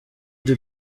the